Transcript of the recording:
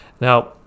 now